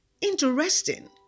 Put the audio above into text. interesting